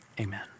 amen